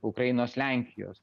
ukrainos lenkijos